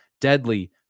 deadly